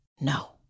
no